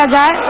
yeah da